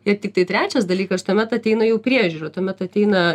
ir tiktai trečias dalykas tuomet ateina jau priežiūra tuomet ateina